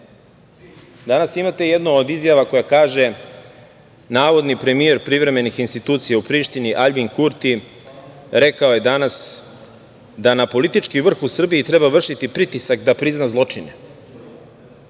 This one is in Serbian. šta. Danas imate jednu od izjava koja kaže, navodni premijer privremenih institucija u Prištini Aljbin Kurti rekao je danas, da na politički vrh u Srbiji treba vršiti pritisak da prizna zločine.